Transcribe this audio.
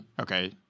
Okay